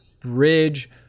Bridge